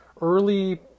early